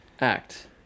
act